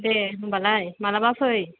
दे होनबालाय माब्लाबा फै